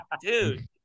Dude